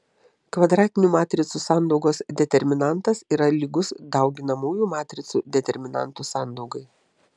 kvadratinių matricų sandaugos determinantas yra lygus dauginamųjų matricų determinantų sandaugai